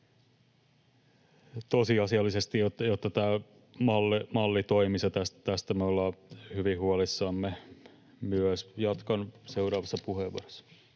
tosiasiallisesti, jotta tämä malli toimisi, ja tästä me ollaan hyvin huolissamme myös. — Jatkan seuraavassa puheenvuorossa.